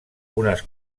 unes